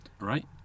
right